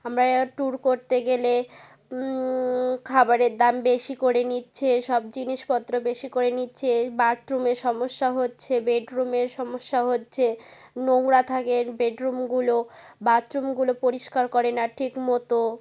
আমরা ট্যুর করতে গেলে খাবারের দাম বেশি করে নিচ্ছে সব জিনিসপত্র বেশি করে নিচ্ছে বাথরুমে সমস্যা হচ্ছে বেডরুমের সমস্যা হচ্ছে নোংরা থাকে বেডরুমগুলো বাথরুমগুলো পরিষ্কার করে না ঠিক মতো